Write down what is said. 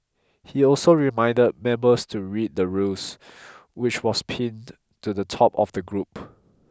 he also reminded members to read the rules which was pinned to the top of the group